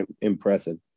impressive